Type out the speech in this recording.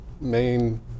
main